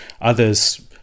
others